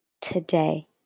today